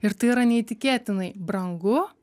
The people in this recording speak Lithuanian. ir tai yra neįtikėtinai brangu